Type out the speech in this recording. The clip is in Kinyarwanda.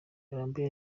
ngarambe